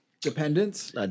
Dependence